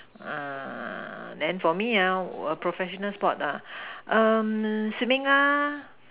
ah then for me ah a professional sport ah um swimming lah